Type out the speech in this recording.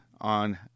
on